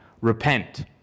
repent